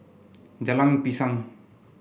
Jalan Pisang